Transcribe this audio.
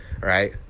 right